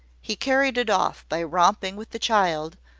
he carried it off by romping with the child,